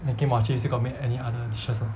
making muah chee you still got make any other dishes not